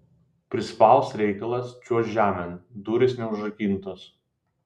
prispaus reikalas čiuožk žemėn durys neužrakintos